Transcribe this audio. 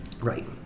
Right